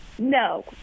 No